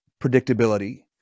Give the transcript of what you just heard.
predictability